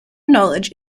knowledge